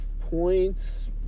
points